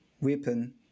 weapon